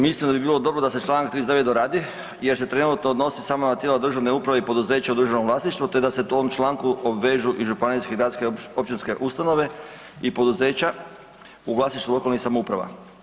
Mislim da bi bilo dobro da se članak 39. doradi jer se trenutno odnosi samo na tijela državne uprave i poduzeća u državnom vlasništvu te da se u ovom članku obvežu i županijske i gradske i općinske ustanove i poduzeća u vlasništvu lokalnih samouprava.